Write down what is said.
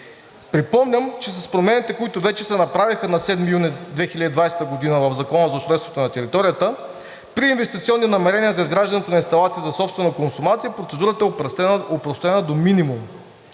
Припомням, че с промените, които вече се направиха на 7 юни 2020 г. в Закона за устройство на територията, при инвестиционни намерения за изграждането на инсталация за собствена консумация процедурата е опростена до минимум.